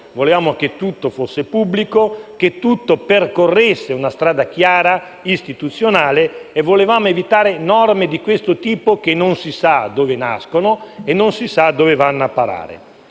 Volevamo che tutto fosse pubblico, che tutto percorresse una strada chiara ed istituzionale e volevamo evitare norme di questo tipo che non si sa dove nascono e non si sa dove vanno a parare.